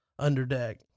underdeck